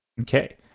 okay